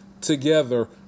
together